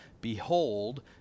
Behold